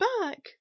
back